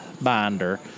binder